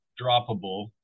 droppable